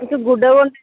అయితే గుడ్డ కొలి